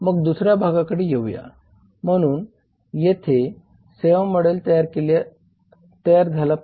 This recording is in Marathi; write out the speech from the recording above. मग दुसऱ्या भागाकडे येऊया म्हणून येथे सेवा मॉडेल तयार झाला पाहिजे